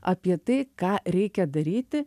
apie tai ką reikia daryti